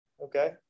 Okay